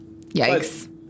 Yikes